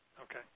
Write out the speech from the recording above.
okay